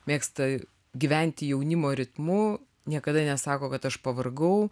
mėgsta gyventi jaunimo ritmu niekada nesako kad aš pavargau